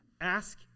ask